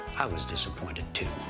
i was disappointed, too.